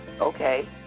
Okay